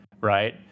right